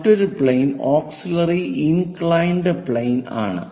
മറ്റൊരു plane auxiliary inclined plane ആണ്